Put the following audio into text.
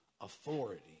authority